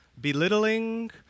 belittling